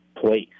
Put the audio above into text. place